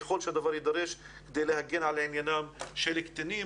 ככל שהדבר יידרש כדי להגן על עניינם של קטינים